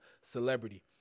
celebrity